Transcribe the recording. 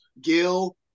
Gil